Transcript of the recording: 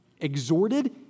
exhorted